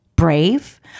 brave